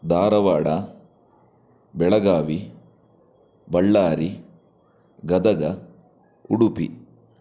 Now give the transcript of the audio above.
Dharwad Belagavi Ballari Gadag Udupi